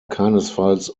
keinesfalls